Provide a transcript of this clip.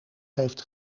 heeft